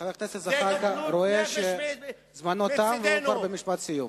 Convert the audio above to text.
חבר הכנסת זחאלקה רואה שזמנו תם והוא כבר במשפט סיום.